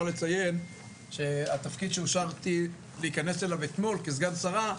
לציין שהתפקיד שאושרתי להיכנס אליו אתמול כסגן שרה,